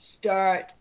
start